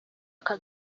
aka